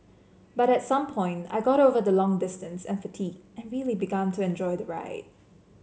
but at some point I got over the long distance and fatigue and really began to enjoy the ride